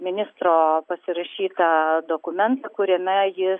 ministro pasirašytą dokumentą kuriame jis